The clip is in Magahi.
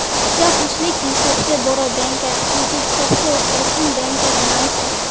पूजा पूछले कि सबसे बोड़ो बैंकेर सूचीत सबसे ऊपर कुं बैंकेर नाम छे